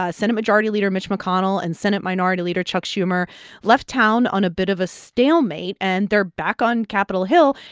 ah senate majority leader mitch mcconnell and senate minority leader chuck schumer left town on a bit of a stalemate. and they're back on capitol hill,